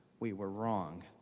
we were wrong.